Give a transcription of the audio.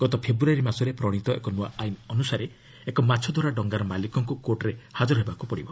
ଗତ ଫେବୃୟାରୀ ମାସରେ ପ୍ରଣୀତ ଏକ ନ୍ତଆ ଆଇନ ଅନୁସାରେ ଏକ ମାଛଧରା ଡଙ୍ଗାର ମାଲିକଙ୍କୁ କୋର୍ଟରେ ହାଜର ହେବାକୁ ପଡ଼ିବ